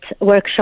workshop